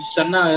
Sana